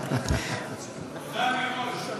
תודה מראש.